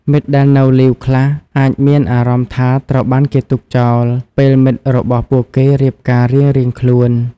មិត្តដែលនៅលីវខ្លះអាចមានអារម្មណ៍ថាត្រូវបានគេទុកចោល ពេលមិត្តរបស់ពួកគេរៀបការរៀងៗខ្លួន។